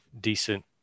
decent